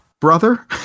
brother